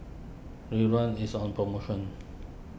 Ridwind is on promotion